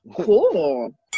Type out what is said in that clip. cool